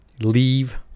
Leave